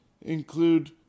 include